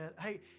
Hey